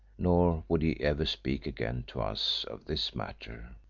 nor would he ever speak again to us of this matter.